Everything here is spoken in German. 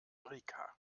rica